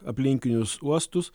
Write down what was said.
aplinkinius uostus